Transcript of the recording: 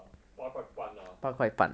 八块半 lah